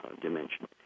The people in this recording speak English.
dimension